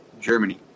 Germany